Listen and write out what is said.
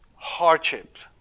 Hardships